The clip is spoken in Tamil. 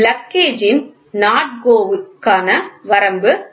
பிளக் கேஜுன் NOT GO க்கான வரம்பு 40